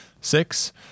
six